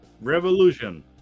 Revolution